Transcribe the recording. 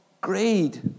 greed